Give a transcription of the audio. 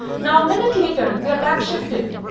now, a minute later, the attack shifted.